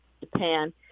Japan